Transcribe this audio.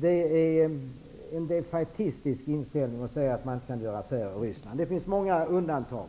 Det är en defaitistisk inställning att säga att man inte kan göra affärer i Ryssland. Det finns många undantag.